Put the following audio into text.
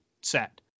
set